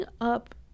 up